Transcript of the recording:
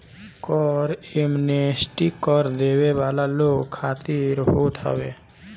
कर एमनेस्टी कर देवे वाला लोग खातिर होत हवे